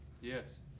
yes